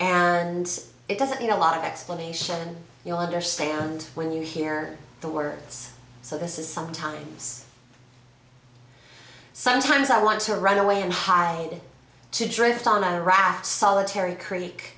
and it doesn't mean a lot of explanation you'll understand when you hear the words so this is sometimes sometimes i want to run away and hide to drift on a raft solitary creek